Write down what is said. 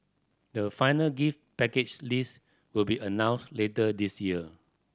the final gift package list will be announced later this year